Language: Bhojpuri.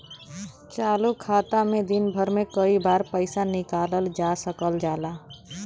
चालू खाता में दिन भर में कई बार पइसा निकालल जा सकल जाला